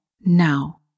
now